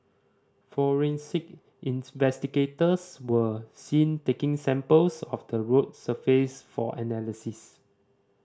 forensic investigators were seen taking samples of the road surface for analysis